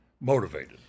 motivated